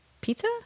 pizza